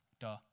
Duh